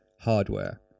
hardware